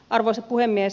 arvoisa puhemies